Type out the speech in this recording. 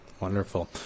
Wonderful